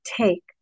take